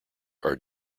are